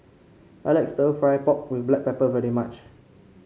I like stir fry pork with Black Pepper very much